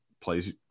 plays